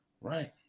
right